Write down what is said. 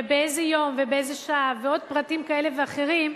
ובאיזה יום ובאיזו שעה, ועוד פרטים כאלה ואחרים,